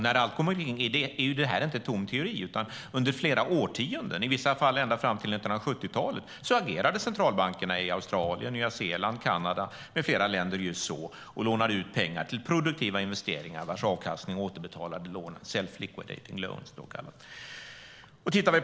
När allt kommer omkring är inte detta tom teori, utan under flera årtionden - i vissa fall ända fram till 1970-talet - agerade centralbankerna i Australien, Nya Zeeland och Kanada med flera länder just så och lånade ut pengar till produktiva investeringar vars avkastning återbetalade lånen, så kallade self-liquidating loans.